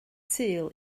sul